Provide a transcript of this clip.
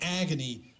agony